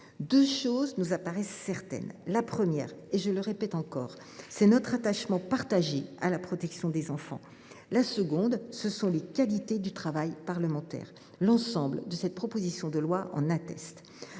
Deux choses nous paraissent certaines : la première, je le répète, c’est notre attachement partagé à la protection des enfants ; la seconde, ce sont les qualités du travail parlementaire, l’exemple de cette proposition de loi l’atteste.